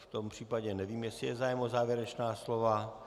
V tom případě nevím, jestli je zájem o závěrečná slova.